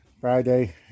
Friday